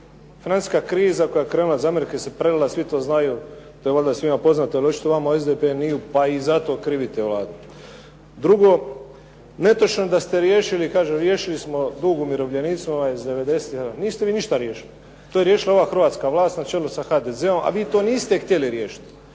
Financijska kriza koja je krenula iz Amerike se prelila, svi to znaju, to je valjda svima poznato, ali očito vama u SDP-u nije, pa i zato krivite Vladu. Drugo, netočno je da ste riješili, kaže riješili smo dug umirovljenicima iz devedesetih. Niste vi ništa riješili. To je riješila ova hrvatska vlast na čelu sa HDZ-om, a vi to niste htjeli riješiti.